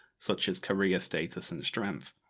such as career status and strength.